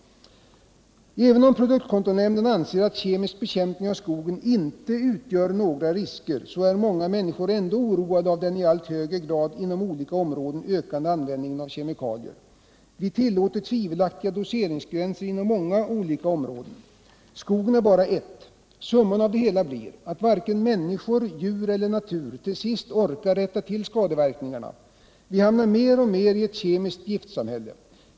Även om produktkontrollnämnden anser att kemisk bekämpning av skogen inte utgör några risker, så är många människor ändå oroade av den i allt högre grad inom olika områden ökande användningen av kemikalier. Vi tillåter tvivelaktiga doseringsgränser inom många olika områden. Skogen är bara ett. Summan av det hela blir att varken människor, djur eller natur till sist orkar rätta till skadeverkningarna. Vi hamnar mer och mer i ett kemiskt giftsamhälle.